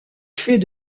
fait